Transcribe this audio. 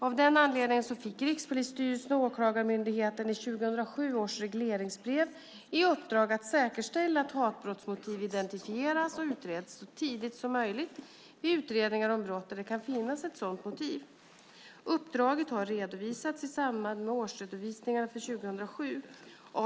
Av den anledningen fick Rikspolisstyrelsen och Åklagarmyndigheten i 2007 års regleringsbrev i uppdrag att säkerställa att hatbrottsmotiv identifieras och utreds så tidigt som möjligt vid utredningar om brott där det kan finnas ett sådant motiv. Uppdraget har redovisats i samband med årsredovisningarna för 2007.